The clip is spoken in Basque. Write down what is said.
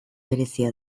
berezia